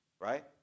right